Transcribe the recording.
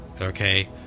okay